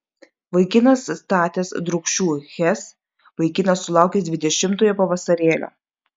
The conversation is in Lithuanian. vaikinas statęs drūkšių hes vaikinas sulaukęs dvidešimtojo pavasarėlio